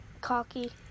cocky